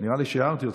נראה לי שהערתי אותך.